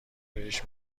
بهش